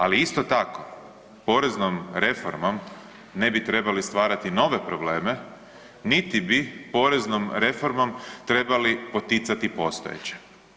Ali isto tako, poreznom reformom ne bi trebali stvarati nove probleme niti bi poreznom reformom trebali poticati postojeće.